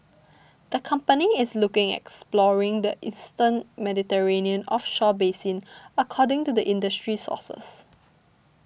the company is looking at exploring the eastern Mediterranean offshore basin according to the industry sources